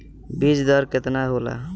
बीज दर केतना होला?